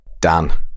Dan